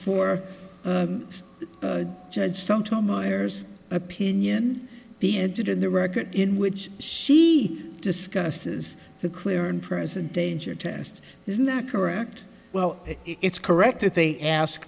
minors opinion be entered in the record in which she discusses the clear and present danger test isn't that correct well it's correct that they ask